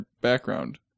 background